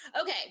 okay